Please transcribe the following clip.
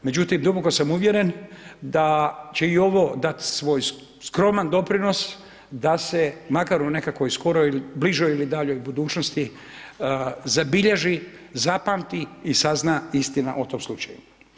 Međutim duboko sam uvjeren da će i ovo dati svoj skroman doprinos da se makar u nekakvoj skoroj bližoj ili daljoj budućnosti zabilježi, zapamti i sazna istina o tom slučaju.